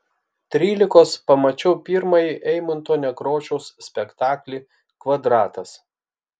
trylikos pamačiau pirmąjį eimunto nekrošiaus spektaklį kvadratas